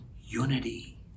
unity